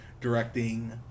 directing